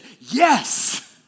yes